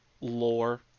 lore